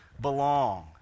Belong